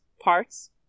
parts